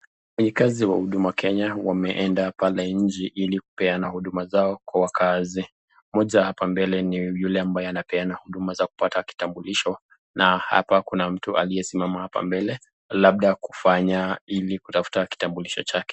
Wafanyi kazi wa huduma kenya wameenda kwa wananchi ili kupeana huduma zao kwa wannchi wa nje, hapa nje naona ni yule ambaye anapeana huduma za kupata kitambulisho, na hapa kuna mtu aliyesimama mbele labda kufanya ili kutafta kitambulisho chake.